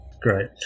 Great